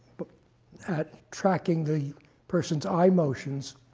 but at tracking the person's eye motions,